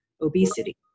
obesity